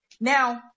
Now